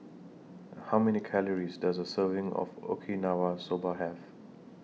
How Many Calories Does A Serving of Okinawa Soba Have